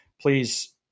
please